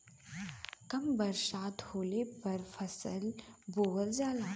कम बरसात होले पर फसल बोअल जाला